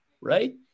right